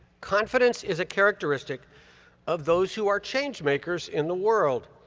confidence is a characteristic of those who are change makers in the world.